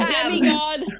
Demigod